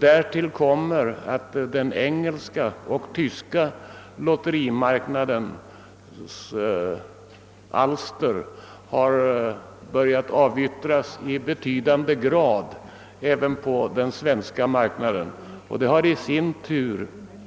Därtill kommer att engelska och tyska lotter i betydande utsträckning har börjat avyttras även på den svenska marknaden, vilket i sin tur har